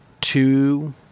two